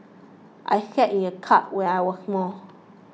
I sat in a cart when I was small